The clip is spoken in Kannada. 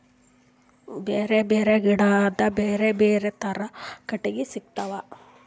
ಬ್ಯಾರೆ ಬ್ಯಾರೆ ಗಿಡದ್ ಬ್ಯಾರೆ ಬ್ಯಾರೆ ಥರದ್ ಕಟ್ಟಗಿ ಸಿಗ್ತವ್